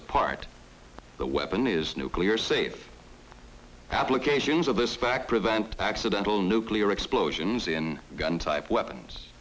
apart the weapon is nuclear safety applications of this fact prevent accidental nuclear explosions in gun type weapons